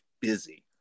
busy